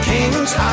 King's